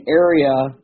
area